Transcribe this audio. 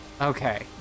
okay